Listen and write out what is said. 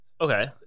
okay